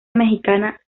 mexicana